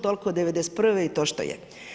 Toliko o '91. i to što je.